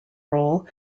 role